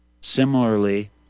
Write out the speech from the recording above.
Similarly